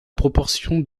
proportion